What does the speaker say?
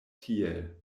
tiel